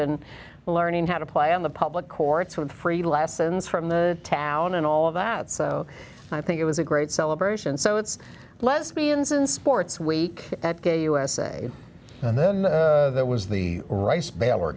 and learning how to play on the public courts with free lessons from the town and all of that so i think it was a great celebration so it's lesbians and sportsweek at gay usa and then there was the rice baylor